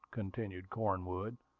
continued cornwood.